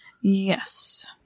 Yes